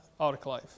autoclave